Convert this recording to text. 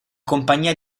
compagnia